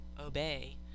Obey